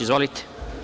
Izvolite.